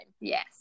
yes